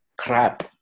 crap